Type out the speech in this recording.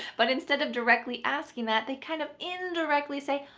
but instead of directly asking that, they kind of indirectly say,